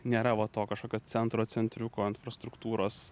nėra va to kažkokio centro centriuko infrastruktūros